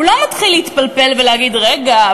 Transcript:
הוא לא מתחיל להתפלפל ולהגיד: רגע,